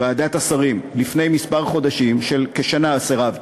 ועדת השרים, לפני כמה חודשים סירבתם,